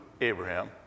Abraham